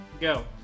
go